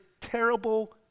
terrible